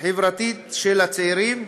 חברתית של צעירים,